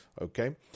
Okay